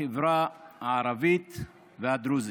בחברה הערבית והדרוזית.